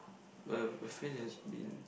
um a friend has been